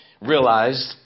realized